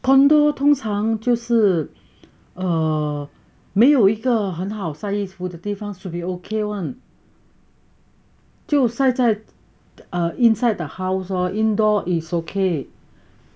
condo 通常就是 err 没有一个很好晒衣服的地方 should be okay [one] 就晒在 err inside the house lor indoor is okay